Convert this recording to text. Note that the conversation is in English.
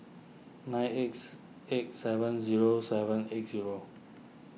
nine eight eight seven zero seven eight zero